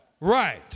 Right